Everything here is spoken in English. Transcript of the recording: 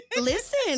Listen